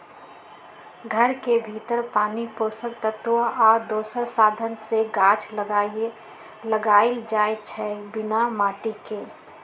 घर के भीतर पानी पोषक तत्व आ दोसर साधन से गाछ लगाएल जाइ छइ बिना माटिके